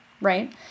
Right